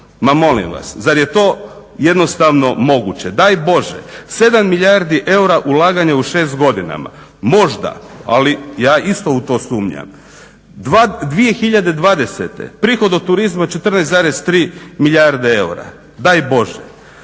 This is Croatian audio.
ma molim vas zar je to jednostavno moguće? Daj Bože. 7 milijardi eura ulaganja u 6 godina, možda ali ja isto u to sumnjam. 2020.prihod od turizma 14,3 milijarde eura, daj Bože.